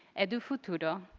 edu-futuro,